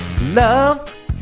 love